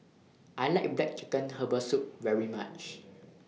I like Black Chicken Herbal Soup very much